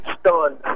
stunned